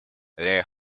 their